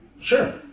Sure